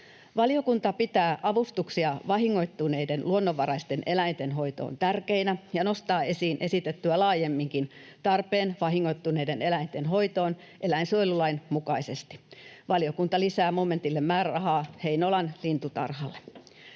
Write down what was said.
Valiokunta pitää avustuksia vahingoittuneiden luonnonvaraisten eläinten hoitoon tärkeinä ja nostaa esiin esitettyä laajemminkin tarpeen vahingoittuneiden eläinten hoitoon eläinsuojelulain mukaisesti. Valiokunta lisää momentille määrärahaa Heinolan Lintutarhalle.